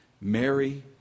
Mary